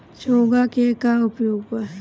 चोंगा के का उपयोग बा?